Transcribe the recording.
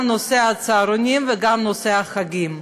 גם נושא הצהרונים וגם נושא החוגים,